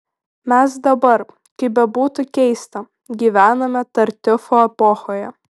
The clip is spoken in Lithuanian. mes dabar kaip bebūtų keista gyvename tartiufo epochoje